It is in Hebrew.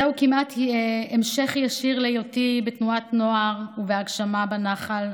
זה כמעט המשך ישיר להיותי בתנועת נוער ובהגשמת נח"ל,